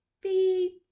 beep